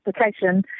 application